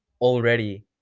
already